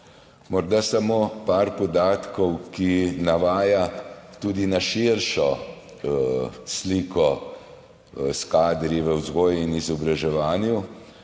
Morda samo par podatkov, ki nakazujejo tudi na širšo sliko s kadri v vzgoji in izobraževanju.